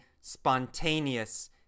spontaneous